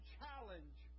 challenge